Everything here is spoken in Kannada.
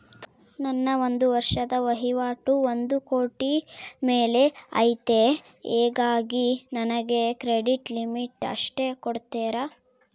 ನನ್ನ ಒಂದು ವರ್ಷದ ವಹಿವಾಟು ಒಂದು ಕೋಟಿ ಮೇಲೆ ಐತೆ ಹೇಗಾಗಿ ನನಗೆ ಕ್ರೆಡಿಟ್ ಲಿಮಿಟ್ ಎಷ್ಟು ಕೊಡ್ತೇರಿ?